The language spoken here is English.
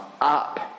up